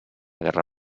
guerra